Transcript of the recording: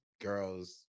girls